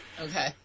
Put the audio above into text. Okay